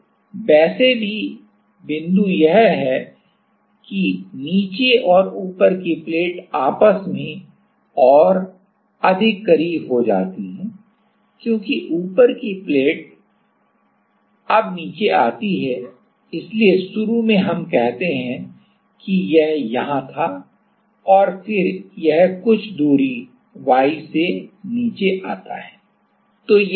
तो वैसे भी बिंदु यह है की नीचे और ऊपर की प्लेट आपस में और अधिक करीब हो जाती है क्योंकि ऊपर की प्लेट अब नीचे आती है इसलिए शुरू में हम कहते हैं कि यह यहाँ था और फिर यह कुछ दूरी y से नीचे आता है